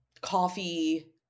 coffee